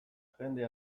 jende